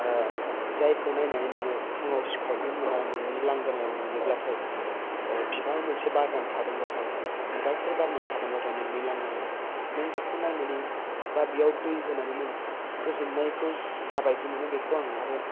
जायखौ नायनानै नोङो फुङाव सिखारग्रो मोना नोंनि लांगोनायाव नुयोब्लाथाय बिबार मोनसे बारनानै थादोंबाथाय बिबारफोर बारनानै थादोंबाथाय नोंनि लांगोनायाव नों बेखौ नायनानै बा बेयाव दै होनानै नों गोजोननायखौ जाबायदि मोनो बेखौ आं आरो